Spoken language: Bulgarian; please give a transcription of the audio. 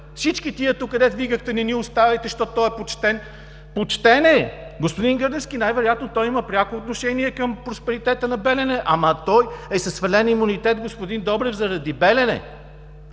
Всички тези, които викахте: „Не ни оставяйте, защото той е почтен“. Почтен е. Господин Гърневски, най-вероятно той има пряко отношение към просперитета на „Белене“, ама той е със свален имунитет – господин Добрев, заради „Белене“.